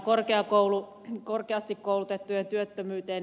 tähän korkeasti koulutettujen työttömyyteen